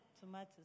tomatoes